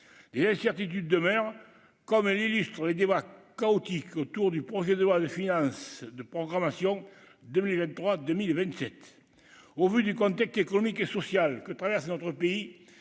et l'incertitude demeure, comme l'illustrent les déboires chaotiques autour du projet de loi de finance de programmation 2023 2000 27 au vu du contexte économique et sociale que traverse notre pays,